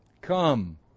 come